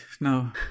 no